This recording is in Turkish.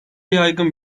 yaygın